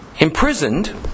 imprisoned